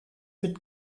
mit